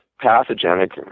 pathogenic